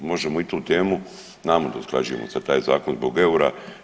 Možemo i tu temu, znamo da usklađujemo sad taj zakon zbog eura.